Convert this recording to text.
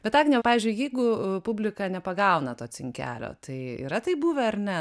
bet agne pavyzdžiui jeigu publika nepagauna to cinkelio tai yra taip buvę ar ne